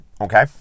Okay